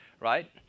right